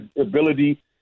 ability